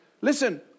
listen